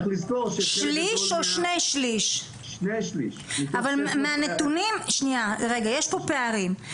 יש פה פערים.